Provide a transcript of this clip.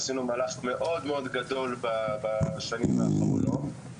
עשינו מהלך מאד מאד גדול בשנים האחרונות,